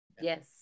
Yes